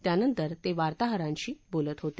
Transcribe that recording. त्यानंतर ते वार्ताहरांशी बोलत होत